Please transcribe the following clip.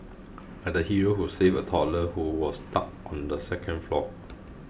like the hero who saved a toddler who was stuck on the second floor